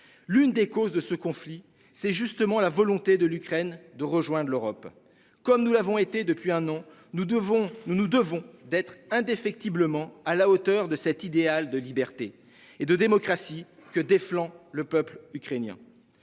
L'une des causes de ce conflit, c'est justement la volonté de l'Ukraine de rejoindre l'Europe, comme nous l'avons été depuis un an, nous devons nous nous devons d'être indéfectiblement à la hauteur de cet idéal de liberté et de démocratie que des flans le peuple ukrainien.